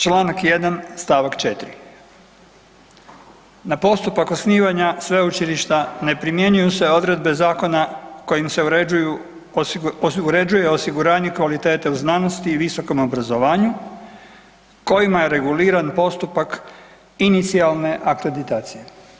Čl. 1 st. 4, na postupak osnivanja Sveučilišta ne primjenjuju se odredbe zakona kojim se uređuje osiguranje kvalitete u znanosti i visokom obrazovanju kojima je reguliran postupak inicijalne akreditacije.